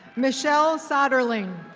michelle soderling.